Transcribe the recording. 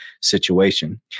situation